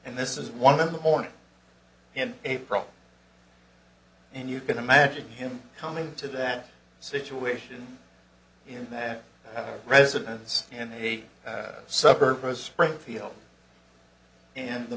and this is one of the morning in april and you can imagine him coming to that situation in that residence in a suburb of springfield and the